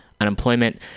unemployment